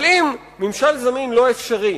אבל אם ממשל זמין לא אפשרי